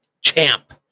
Champ